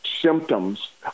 symptoms